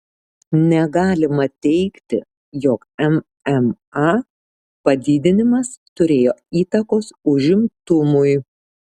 negalima teigti jog mma padidinimas turėjo įtakos užimtumui